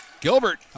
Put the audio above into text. Gilbert